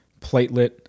platelet